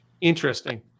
Interesting